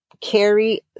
carry